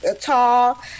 tall